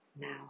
now